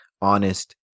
honest